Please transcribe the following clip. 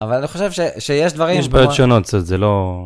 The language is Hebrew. אבל אני חושב שיש דברים שיש בעיות שונות קצת זה לא.